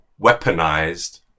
weaponized